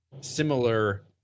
similar